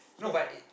that